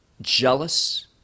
jealous